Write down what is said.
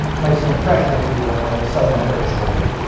placing pressure, if you will, on the southern turkish border.